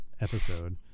episode